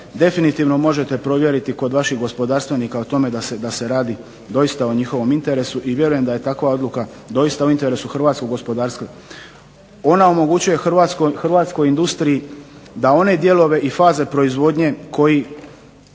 definitivno možete provjeriti kod vaših gospodarstvenika o tome da se radi doista o njihovom interesu, i vjerujem da je takva odluka doista u interesu hrvatskog gospodarstva. Ona omogućuje hrvatskoj industriji da one dijelove i faze proizvodnje koji,